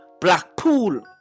blackpool